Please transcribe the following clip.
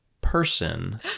person